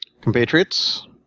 Compatriots